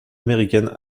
américaine